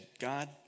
God